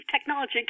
technology